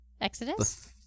Exodus